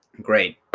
Great